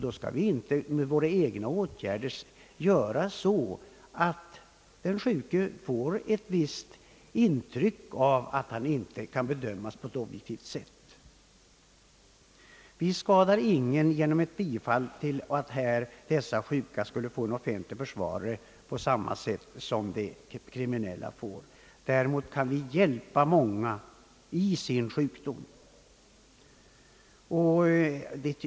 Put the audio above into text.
Då skall vi inte genom våra egna åtgärder låta den sjuke få intryck av att han inte bedömes på ett objektivt sätt. Vi skadar ingen genom ett bifall till kravet att dessa sjuka skall få en offentlig försvarare på samma sätt som de kriminella. Däremot skulle vi hjälpa många i deras sjukdom.